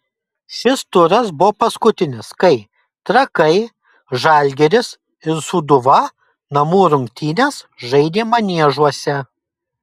šis turas buvo paskutinis kai trakai žalgiris ir sūduva namų rungtynes žaidė maniežuose